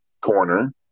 corner